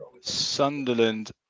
Sunderland